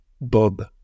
Bob